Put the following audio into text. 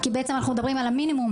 כי בעצם אנחנו מדברים על מינימום,